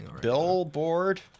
Billboard